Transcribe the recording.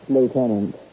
Lieutenant